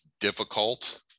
difficult